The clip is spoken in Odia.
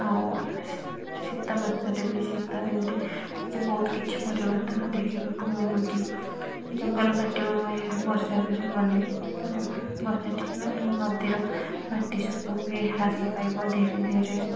ଆଉ ଶୀତ ମାସରେ ବି ଶୀତ ଏମିତି କିଛି ବହୁତ କିଛି ପରିବର୍ତ୍ତନ ଦେଖିବାକୁ ମିଳୁଛି ଜଙ୍ଗଲ କଟିବା ଇଏରେ ବର୍ଷା ବି ହବନି ତାପରେ ବର୍ଷା ଠିକ ନହେଲେ ନଦୀର ମାଟି ସବୁ ବି ହ୍ରାସ ପାଇବ ଧୀରେ ଧୀରେ